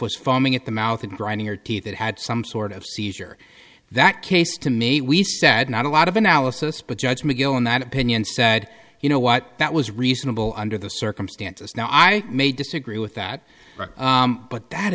was foaming at the mouth and grinding your teeth it had some sort of seizure that case to me we said not a lot of analysis but judge mcgill in that opinion said you know what that was reasonable under the circumstances now i may disagree with that but that